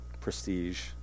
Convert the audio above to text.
prestige